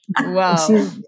Wow